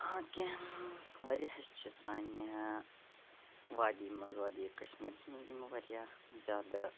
ہاں کینٛہہ واریاہ حٕظ چھِ سانہِ وادی مَنٛز وادِیے کَشمیٖرَس مَنٛز یِم واریاہ زیادٕ